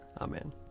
Amen